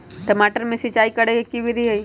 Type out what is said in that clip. टमाटर में सिचाई करे के की विधि हई?